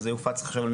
וזה יופץ עכשיו.